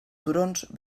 turons